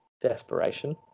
desperation